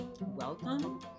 welcome